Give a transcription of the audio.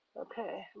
Okay